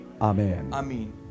Amen